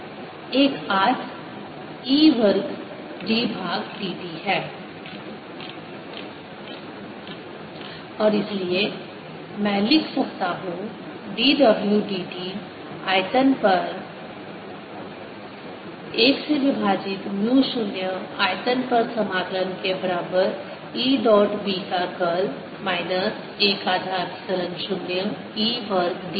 dWdtEj dV B0j00E∂t ie j10B 0E∂t dWdtdV E10B 0E∂tdV EB0 dV 0EE∂tdV EB0 dV012E2∂t और इसलिए मैं लिख सकता हूँ dw dt आयतन पर 1 से 1 से विभाजित म्यू 0 आयतन पर समाकलन के बराबर है E डॉट B का कर्ल माइनस एक आधा एप्सिलॉन 0 E वर्ग dv